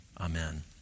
Amen